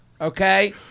Okay